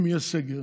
אם יהיה סגר,